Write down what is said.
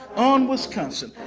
on wisconsin,